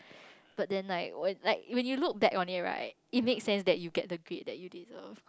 but then like when like when you look back on it right it makes sense that you get the grade you deserve